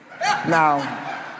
Now